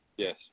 Yes